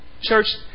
Church